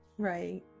right